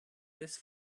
this